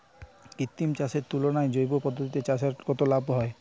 কৃত্রিম চাষের তুলনায় জৈব পদ্ধতিতে চাষে কত লাভ হয়?